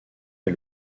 est